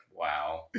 wow